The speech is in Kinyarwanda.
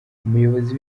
umuyobozi